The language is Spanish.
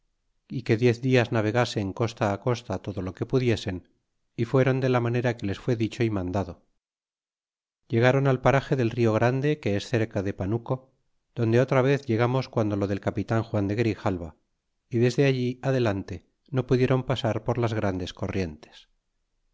y que diez dias navegasen costa costa todo lo que pudiesen y fueron de la manera que les fue dicho é mandado y ilegron al parage del rio grande que es cerca de panuco adonde otra vez llegamos guando lo del capital juan de grijalva y desde allí adelante no pudieron pasar por las grandes corrientes